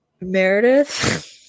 Meredith